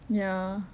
ya